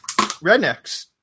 Rednecks